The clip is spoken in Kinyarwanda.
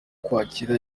kwakira